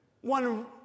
One